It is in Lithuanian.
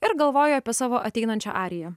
ir galvoju apie savo ateinančią ariją